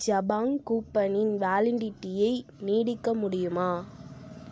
ஜபாங் கூப்பனின் வேலிடிட்டியை நீட்டிக்க முடியுமா